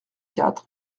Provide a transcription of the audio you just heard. quatre